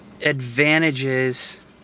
advantages